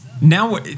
Now